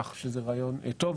כך שזה רעיון טוב.